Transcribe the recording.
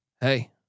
hey